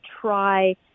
try